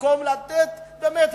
במקום לתת באמת,